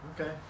Okay